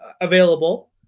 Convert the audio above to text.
available